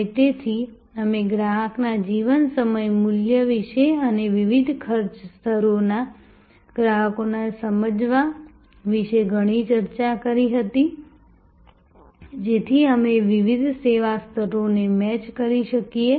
અને તેથી અમે ગ્રાહકના જીવન સમયના મૂલ્ય વિશે અને વિવિધ ખર્ચ સ્તરોના ગ્રાહકોને સમજવા વિશે ઘણી ચર્ચા કરી હતી જેથી અમે વિવિધ સેવા સ્તરોને મેચ કરી શકીએ